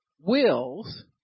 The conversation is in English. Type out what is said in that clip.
wills